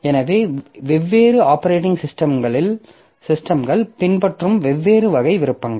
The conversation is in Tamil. எனவே வெவ்வேறு ஆப்பரேட்டிங் சிஸ்டம்கள் பின்பற்றும் வெவ்வேறு வகை விருப்பங்கள்